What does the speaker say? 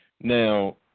Now